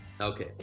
okay